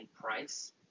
price